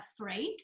afraid